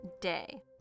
day